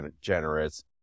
generous